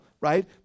right